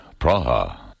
Praha